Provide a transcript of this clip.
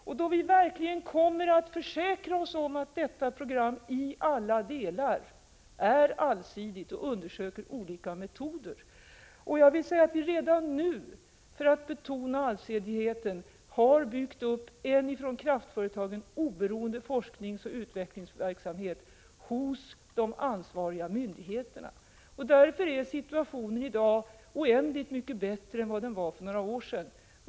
Då skall vi verkligen försäkra oss om att detta program i alla delar är allsidigt och undersöka olika metoder. För att betona allsidigheten har vi redan nu byggt upp en av kraftföretagen oberoende forskningsoch utvecklingsverksamhet hos de ansvariga myndigheterna. Därför är situationen i dag oändligt mycket bättre än vad den var för några år sedan.